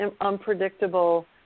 unpredictable